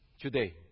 today